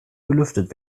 belüftet